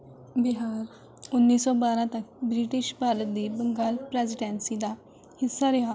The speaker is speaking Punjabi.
ਬਿਹਾਰ ਉੱਨੀ ਸੌ ਬਾਰਾਂ ਤੱਕ ਬ੍ਰਿਟਿਸ਼ ਭਾਰਤ ਦੀ ਬੰਗਾਲ ਪ੍ਰੈਂਜ਼ੀਡੈਂਸੀ ਦਾ ਹਿੱਸਾ ਰਿਹਾ